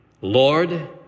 Lord